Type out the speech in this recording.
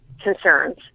concerns